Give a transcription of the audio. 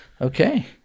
Okay